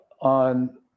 on